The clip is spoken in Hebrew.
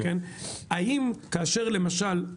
כאשר למשל,